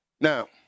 Now